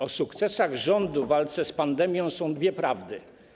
O sukcesach rządu w walce z pandemią są dwie prawdy.